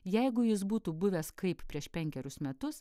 jeigu jis būtų buvęs kaip prieš penkerius metus